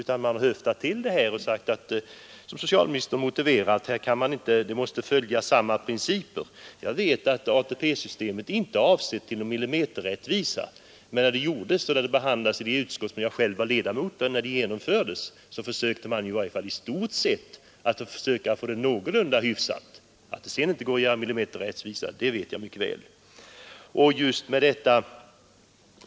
Man har i stället höftat till det här och sagt — som socialministern motiverar det — att man måste följa samma principer. Jag vet att ATP-systemet inte är avsett för någon millimeterrättvisa. Men när det skapades, när det behandlades i det utskott som jag själv var ledamot av och när det genomfördes, så försökte man i varje fall i stort sett att få det någorlunda hyfsat. Att det sedan inte går att få millimeterrättvisa vet jag alltså mycket väl.